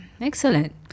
Excellent